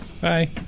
Bye